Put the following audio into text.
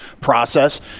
process